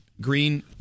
green